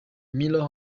mirror